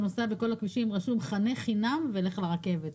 נוסע בכל הכבישים כתוב: חנה חינם ולך לרכבת.